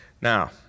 Now